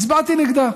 הצבעתי נגדה.